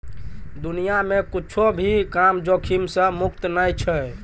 दुनिया मे कुच्छो भी काम जोखिम से मुक्त नै छै